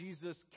Jesus